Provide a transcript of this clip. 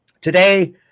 today